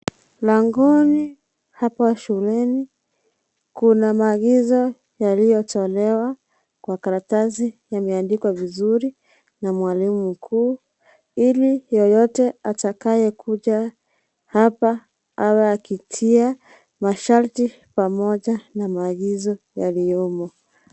Langoni hapo shuleni. Kuna maagizo yaliyotolewa kwa karatasi yameandikwa vizuri na mwalimu mkuu. Ili yeyote atakayekuja hapa awe akitia masharti pamoja na maagizo yaliyomo.